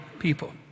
people